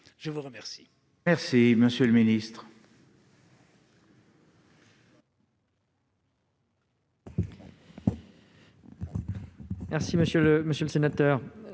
Je vous remercie